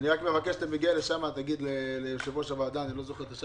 אני רק מבקש שכאשר תגיע לשם תגיד ליושב-ראש ועדת הכלכלה שזה